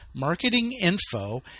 marketinginfo